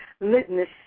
litmus